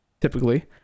typically